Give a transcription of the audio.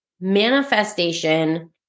Manifestation